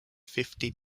fifty